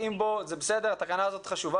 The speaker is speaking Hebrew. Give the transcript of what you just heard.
כבעיה.